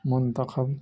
منتاخب